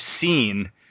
seen